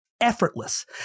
effortless